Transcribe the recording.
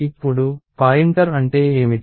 ఇప్పుడు పాయింటర్ అంటే ఏమిటి